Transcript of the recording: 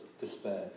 despair